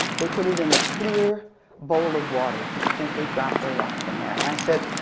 they put it in a clear bowl of water, just gently dropped their rock in there, and i said,